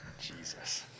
Jesus